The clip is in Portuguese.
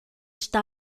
está